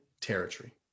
territory